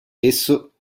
esso